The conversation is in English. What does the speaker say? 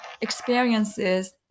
experiences